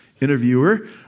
interviewer